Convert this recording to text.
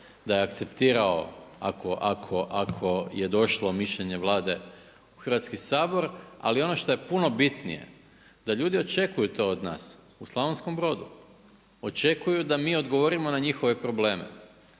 da je akceptirao ako je došlo mišljenje Vlade u Hrvatski sabor. Ali ono što je puno bitnije da ljudi očekuju to od nas u Slavonskom Brodu, očekuju da mi odgovorimo na njihove probleme.